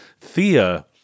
Thea